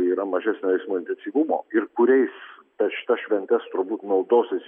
yra mažesnio eismo intensyvumo ir kuriais per šitas šventes turbūt naudosis